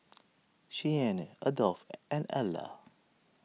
Cheyanne Adolf and Alla